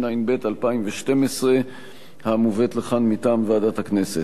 ותעבור להכנה לקריאה שנייה ושלישית בוועדת הכספים.